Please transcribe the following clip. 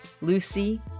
Lucy